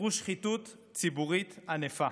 יצרו שחיתות ציבורית ענפה,